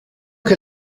che